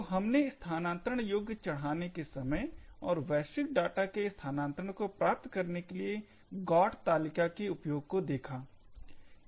तो हमने स्थानांतरण योग्य चढाने के समय और वैश्विक डाटा के स्थानांतरण को प्राप्त करने के लिए GOT तालिका के उपयोग को देखा